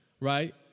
right